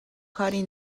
کاری